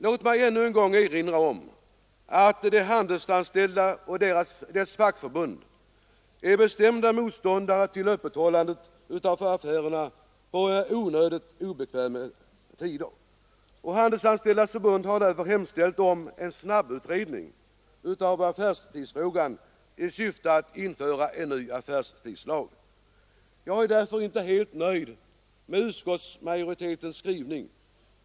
Låt mig ännu en gång erinra om att de handelsanställda och deras fackförbund är bestämda motståndare till öppethållande av affärerna på onödigt obekväma tider. Handelsanställdas förbund har därför hemställt om en snabbutredning av affärstidsfrågan i syfte att införa en ny affärstidslag. Jag är alltså inte helt nöjd med utskottsmajoritetens skrivning.